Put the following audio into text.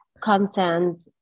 content